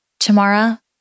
Tamara